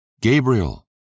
Gabriel